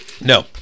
No